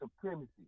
supremacy